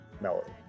melody